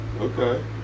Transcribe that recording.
Okay